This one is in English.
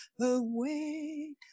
away